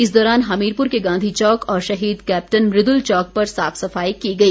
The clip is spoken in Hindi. इस दौरान हमीरपुर के गांधी चौक और शहीद कैप्टन मृदुल चौक पर साफ सफाई की गई